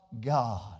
God